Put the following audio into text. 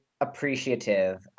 appreciative